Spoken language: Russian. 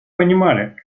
понимали